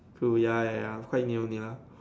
cool ya ya ya quite near only lah